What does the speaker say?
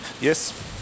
Yes